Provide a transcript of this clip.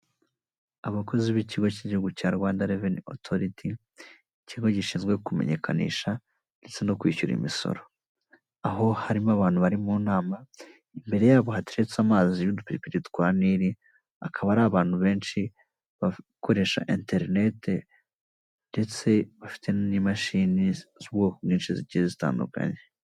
Abakozi b'ikigo cy'igihugu cya Rwanda revenI otoriti, ikigo gishinzwe kumenyekanisha ndetse no kwishyura imisoro, aho harimo abantu bari mu nama imbere yabo hatetse amazi y'udupiripiri twa nili akaba ari abantu benshi bakoresha interineti ndetse bafite n'imashini nyinshi zigiye zitandukanye.